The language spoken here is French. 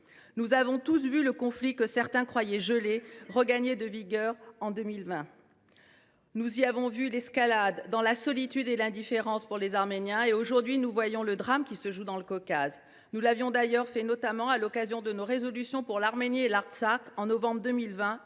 Nous avons tous vu le conflit, que certains croyaient gelé, regagner de la vigueur en 2020. Nous avons tous été témoins de l’escalade, dans la solitude et l’indifférence pour les Arméniens. Aujourd’hui, nous voyons le drame qui se joue dans le Caucase. Nous avions d’ailleurs alerté, dans cet hémicycle, notamment à l’occasion de nos résolutions pour l’Arménie et l’Artsakh, en novembre 2020